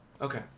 Okay